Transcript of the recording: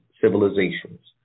Civilizations